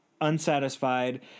unsatisfied